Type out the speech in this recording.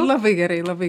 labai gerai labai